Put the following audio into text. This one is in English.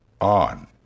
on